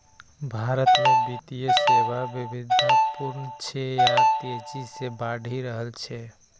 भारत मे वित्तीय सेवा विविधतापूर्ण छै आ तेजी सं बढ़ि रहल छै